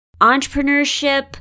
entrepreneurship